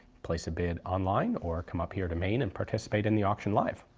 place a bid online or come up here to maine and participate in the auction live.